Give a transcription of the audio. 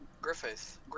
Griffith